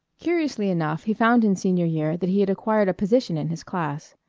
curiously enough he found in senior year that he had acquired a position in his class.